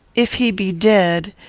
if he be dead,